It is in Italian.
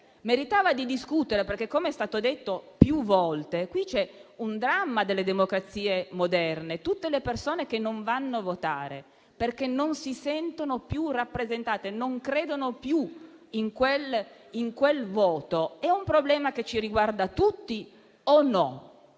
che fosse discusso, perché - com'è stato detto più volte - qui c'è un dramma delle democrazie moderne: tutte le persone che non vanno a votare, perché non si sentono più rappresentate e non credono più in quel in quel voto, costituiscono un problema che ci riguarda tutti o no?